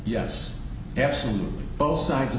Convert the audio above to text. yes absolutely both sides